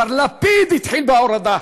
לפיד כבר התחיל בהורדה,